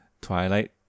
Twilight